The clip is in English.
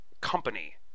company